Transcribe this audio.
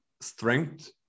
strength